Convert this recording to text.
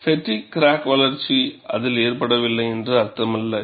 ஃப்பெட்டிக் crack வளர்ச்சி அதில் ஏற்படவில்லை என்று அர்த்தமல்ல